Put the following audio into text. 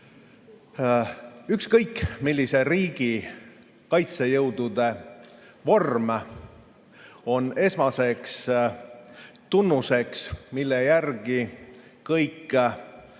Ükskõik millise riigi kaitsejõudude vorm on esmaseks tunnuseks, mille järgi kõik